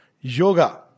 yoga